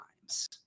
times